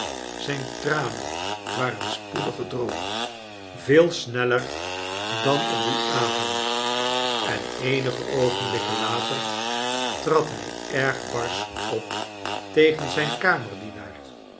zijn tranen waren spoedig gedroogd veel sneller dan op dien avond en eenige oogenblikken later trad hij erg barsch op tegen zijn